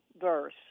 verse